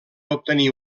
obtenir